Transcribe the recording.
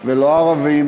ולא הערבים,